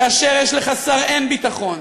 כאשר יש לך שר אין-ביטחון,